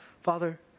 Father